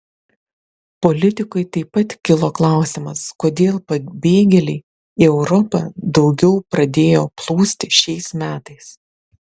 politikui taip pat kilo klausimas kodėl pabėgėliai į europą daugiau pradėjo plūsti šiais metais